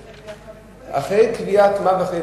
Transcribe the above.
אחרי קביעת מוות מוחי?